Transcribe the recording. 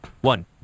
one